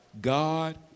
God